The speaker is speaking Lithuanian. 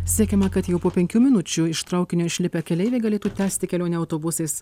siekiama kad jau po penkių minučių iš traukinio išlipę keleiviai galėtų tęsti kelionę autobusais